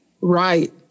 Right